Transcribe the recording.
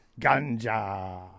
ganja